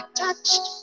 touched